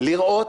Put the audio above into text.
לראות